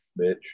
bitch